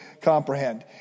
comprehend